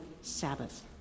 Sabbath